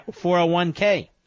401k